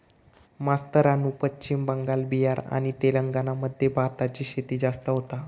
मास्तरानू पश्चिम बंगाल, बिहार आणि तेलंगणा मध्ये भाताची शेती जास्त होता